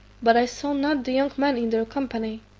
but i saw not the young man in their company.